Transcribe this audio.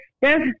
Yes